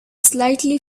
slightly